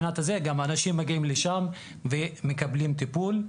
גם אנשים מגיעים לשם ומקבלים טיפול.